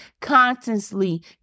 constantly